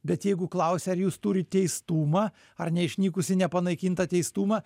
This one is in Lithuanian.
bet jeigu klausia ar jūs turit teistumą ar neišnykusį nepanaikintą teistumą